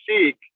seek